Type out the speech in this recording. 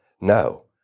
No